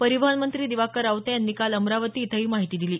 परिवहन मंत्री दिवाकर रावते यांनी काल अमरावती इथं ही माहिती दिली